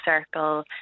circle